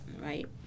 right